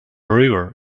river